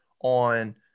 on